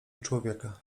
człowieka